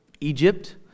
Egypt